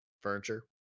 furniture